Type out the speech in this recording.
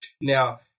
Now